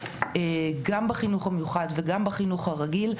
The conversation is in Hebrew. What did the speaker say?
גם בחינוך המיוחד וגם בחינוך הרגיל,